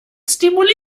stimulieren